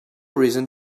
reason